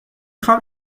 خوام